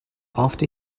after